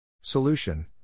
Solution